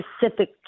specific